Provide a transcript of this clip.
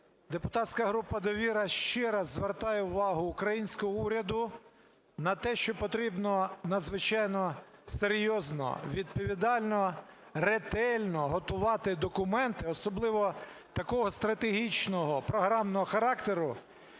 депутатська група "Довіра" ще раз звертає увагу українського уряду на те, що потрібно надзвичайно серйозно, відповідально, ретельно готувати документи, особливо такого стратегічного програмного характеру,